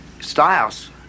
Styles